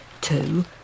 two